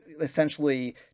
essentially